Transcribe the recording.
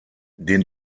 den